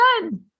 done